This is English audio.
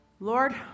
lord